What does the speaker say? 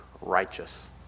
righteous